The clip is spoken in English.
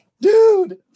Dude